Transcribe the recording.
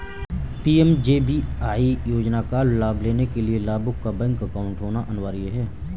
PMJBY योजना का लाभ लेने के लिया लाभुक का बैंक अकाउंट होना अनिवार्य है